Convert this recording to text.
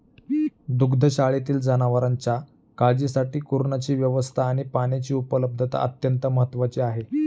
दुग्धशाळेतील जनावरांच्या काळजीसाठी कुरणाची व्यवस्था आणि पाण्याची उपलब्धता अत्यंत महत्त्वाची आहे